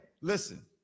listen